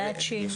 Matching.